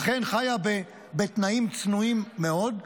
אכן חיה בתנאים צנועים מאוד,